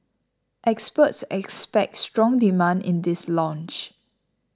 experts expect strong demand in this launch